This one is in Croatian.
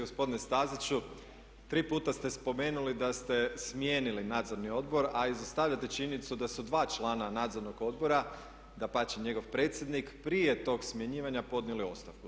Gospodine Staziću, tri puta ste spomenuli da ste smijenili nadzorni odbor a izostavljate činjenicu da su dva člana nadzornog odbora, dapače njegov predsjednik prije tog smjenjivanja podnijeli ostavku.